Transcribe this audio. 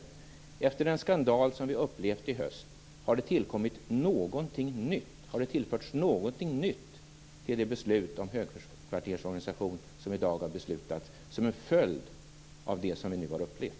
Har det efter den skandal som vi upplevt i höst tillförts någonting nytt till det beslut om högkvartersorganisation som i dag har fattats som är en följd av det som vi nu har upplevt?